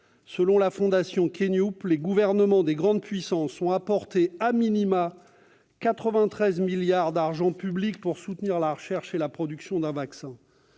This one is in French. Selon la fondation kENUP, les gouvernements des grandes puissances ont mobilisé 93 milliards d'euros d'argent public pour soutenir la recherche et la production d'un vaccin.